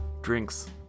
drinks